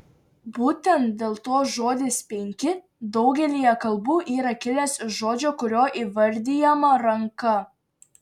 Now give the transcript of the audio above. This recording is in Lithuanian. būtent dėl to žodis penki daugelyje kalbų yra kilęs iš žodžio kuriuo įvardijama ranka